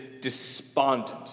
despondent